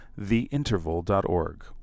theinterval.org